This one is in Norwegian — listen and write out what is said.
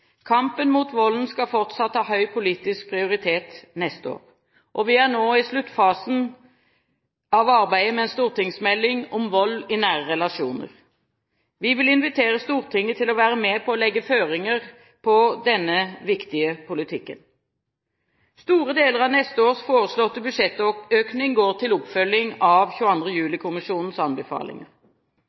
Kampen mot volden skal fortsatt ha høy politisk prioritet neste år. Vi er nå i sluttfasen av arbeidet med en stortingsmelding om vold i nære relasjoner. Vi vil invitere Stortinget til å være med på å legge føringer for denne viktige politikken. Store deler av neste års foreslåtte budsjettøkning går til oppfølging av 22. juli-kommisjonens anbefalinger.